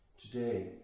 today